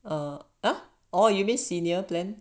!huh! you mean senior plan